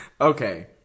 okay